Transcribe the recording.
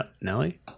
Nelly